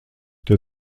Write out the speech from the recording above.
der